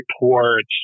reports